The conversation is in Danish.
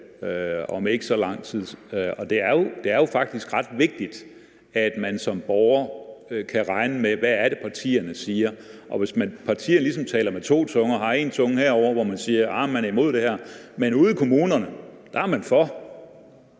det er faktisk ret vigtigt, at man som borger kan regne med, hvad det er, partierne siger. Og hvis partier ligesom taler med to tunger, altså man har én tunge herovre, hvor man siger, at man er imod det her, men ude i kommunerne er man for,